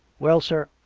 well, sir.